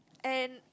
and